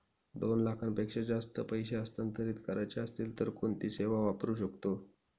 दोन लाखांपेक्षा जास्त पैसे हस्तांतरित करायचे असतील तर कोणती सेवा वापरू शकतो?